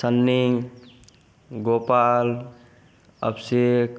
Sunny Gopal Abhishek